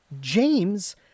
James